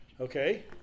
Okay